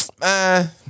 Man